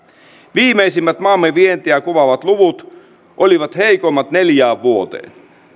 viimeisimmät maamme vientiä kuvaavat luvut olivat heikoimmat neljään vuoteen